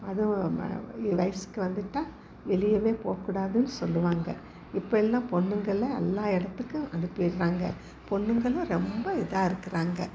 அதுவும் வ வ வயதுக்கு வந்துட்டால் வெளியேவே போகக்கூடாதுன் சொல்லுவாங்க இப்போல்லாம் பொண்ணுக்கெல்லாம் எல்லாம் இடத்துக்கும் அனுப்பிடறாங்க பெண்ணுங்களும் ரொம்ப இதாக இருக்கிறாங்க